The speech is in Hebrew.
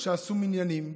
שעשו מניינים.